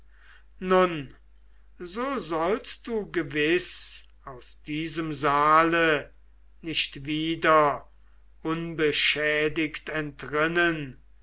nun so sollst du gewiß aus diesem saale nicht wieder unbeschädigt entrinnen